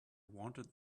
wanted